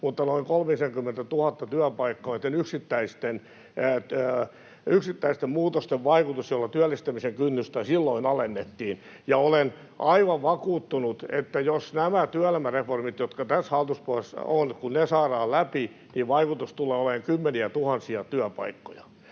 työpaikkaa oli niiden yksittäisten muutosten vaikutus, joilla työllistämisen kynnystä silloin alennettiin. Olen aivan vakuuttunut, että kun nämä työelämäreformit, jotka tässä hallituspohjassa on, saadaan läpi, niin vaikutus tulee olemaan kymmeniätuhansia työpaikkoja.